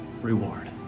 reward